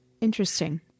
Interesting